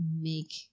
make